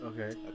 okay